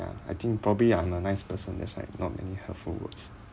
ya I think probably I'm a nice person that's why not many hurtful words